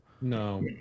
No